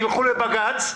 ילכו לבג"ץ,